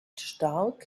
stark